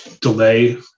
delay